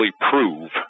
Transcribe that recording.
prove